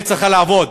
מינהלת צריכה לעבוד.